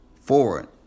forward